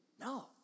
No